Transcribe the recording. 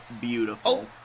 beautiful